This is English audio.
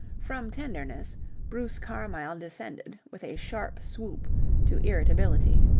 from tenderness bruce carmyle descended with a sharp swoop to irritability.